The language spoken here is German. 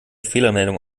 fehlermeldung